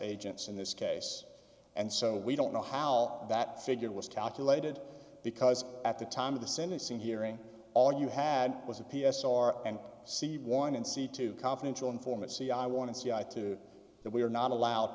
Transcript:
agents in this case and so we don't know how that figure was calculated because at the time of the sentencing hearing all you had was a p s r and c one and c two confidential informant c i want to see eye to that we are not allowed